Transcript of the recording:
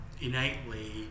innately